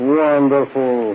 wonderful